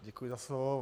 Děkuji za slovo.